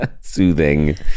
soothing